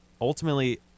ultimately